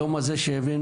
היום הזה שהבאנו,